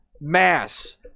mass